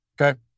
okay